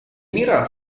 мира